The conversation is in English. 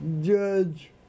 judge